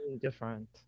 different